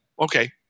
okay